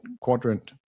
quadrant